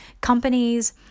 companies